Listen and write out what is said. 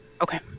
Okay